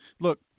Look